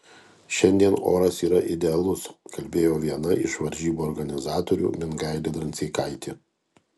šiandien oras yra idealus kalbėjo viena iš varžybų organizatorių mingailė dranseikaitė